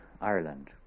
Ireland